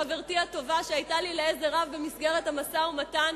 חברתי הטובה שהיתה לי לעזר רב במסגרת המשא-ומתן,